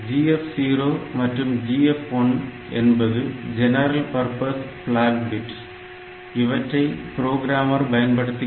GF0 மற்றும் GF1 என்பது general purpose block bit இவற்றை புரோகிராமர் பயன்படுத்திக் கொள்ளலாம்